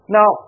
Now